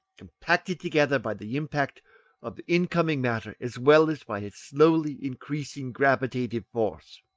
compacted together by the impact of the incoming matter as well as by its slowly increasing gravitative force.